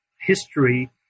history